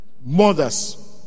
mothers